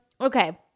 okay